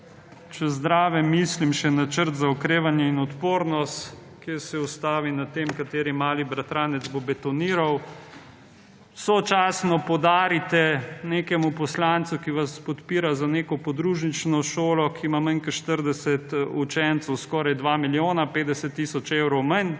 če zraven mislim še načrt za okrevanje in odpornost, ki se ustavi na tem, kateri mali bratranec bo betoniral. Sočasno podarite nekemu poslancu, ki vas podpira za neko podružnično šolo, ki ima manj kot 40 učencev, skoraj 2 milijona, 50 tisoč evrov manj,